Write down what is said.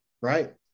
right